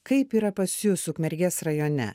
kaip yra pas jus ukmergės rajone